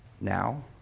Now